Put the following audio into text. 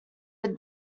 are